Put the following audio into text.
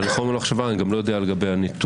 אני לא יודע מי בדקו,